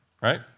right